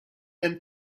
and